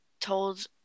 told